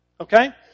Okay